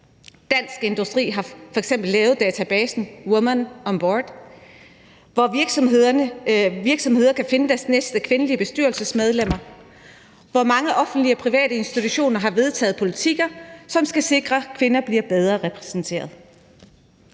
Dansk Industri har f.eks. lavet databasen Women on Board, hvor virksomheder kan finde deres næste kvindelige bestyrelsesmedlemmer, og mange offentlige og private institutioner har vedtaget politikker, som skal sikre, at kvinder bliver bedre repræsenteret.